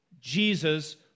Jesus